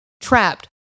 trapped